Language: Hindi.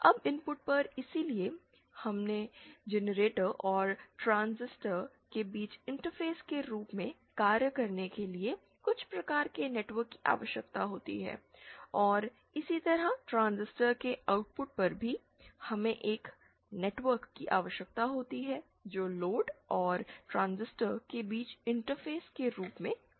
अब इनपुट पर इसलिए हमें जनरेटर और ट्रांजिस्टर के बीच इंटरफेस के रूप में कार्य करने के लिए कुछ प्रकार के नेटवर्क की आवश्यकता होती है और इसी तरह ट्रांजिस्टर के आउटपुट पर भी हमें एक नेटवर्क की आवश्यकता होती है जो लोड और ट्रांजिस्टर के बीच इंटरफेस के रूप में कार्य करेगा